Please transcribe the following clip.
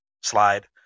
slide